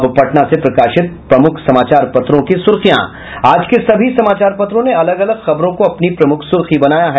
अब पटना से प्रकाशित प्रमुख समाचार पत्रों की सुर्खियां आज के सभी समाचार पत्रों ने अलग अलग खबरों को अपनी प्रमुख सुर्खी बनाया है